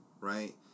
right